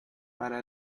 para